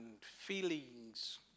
feelings